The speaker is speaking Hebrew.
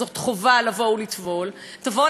תבואנה בלי הפתק של הרבנות הראשית,